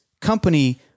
company